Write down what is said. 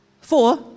Four